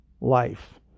life